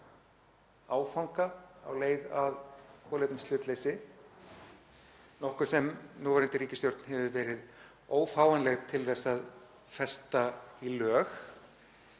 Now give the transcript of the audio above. áfanga á leið að kolefnishlutleysi, nokkuð sem núverandi ríkisstjórn hefur verið ófáanleg til að festa í lög.